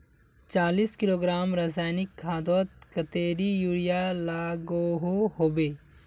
चालीस किलोग्राम रासायनिक खादोत कतेरी यूरिया लागोहो होबे?